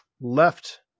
left